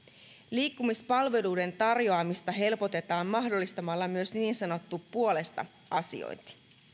liikkumispalveluiden tarjoamista helpotetaan mahdollistamalla myös niin sanottu puolesta asiointi